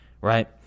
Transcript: right